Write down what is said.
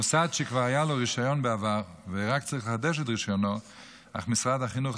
מוסד שכבר היה לו רישיון בעבר ורק צריך לחדש את רישיונו אך משרד החינוך,